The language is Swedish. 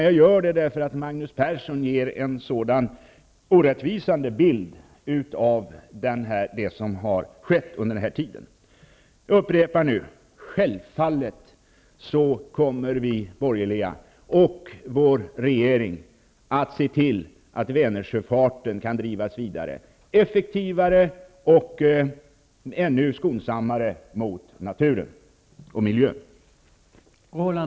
Jag gör det därför att Magnus Persson ger en så orättvisande bild av det som har skett. Jag upprepar att vi borgerliga och vår regering självfallet kommer att se till att Vänersjöfarten kan drivas vidare, effektivare och ännu skonsammare mot naturen och miljön.